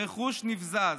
הרכוש נבזז,